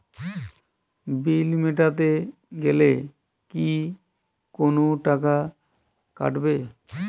বিল মেটাতে গেলে কি কোনো টাকা কাটাবে?